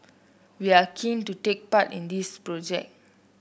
we are keen to take part in this project